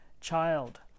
child